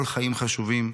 כל חיים חשובים.